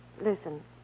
Listen